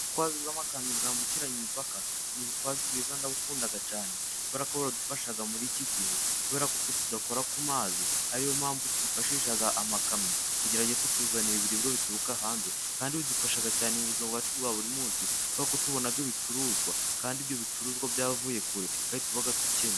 Ubutwazi bw'amakamyo bwambukiranya imipaka ni ubutwazi bwiza ndabukunda cyane, kuberako buradufasha muri iki gihe kuberako twe tudakora ku mazi, ari yo mpamvu twifashisha amakamyo kugira ngo ajye kutuzanira ibiribwa bituruka hanze kandi bidufasha cyane mu buzima bwacu bwa buri munsi, kuko kutubona ibicuruzwa kandi ibyo bicuruzwa byavuye kure kandi tuba dukennye.